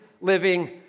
living